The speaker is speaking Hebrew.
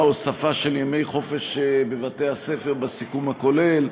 הוספה של ימי חופש בבתי-הספר בסיכום הכולל.